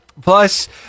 Plus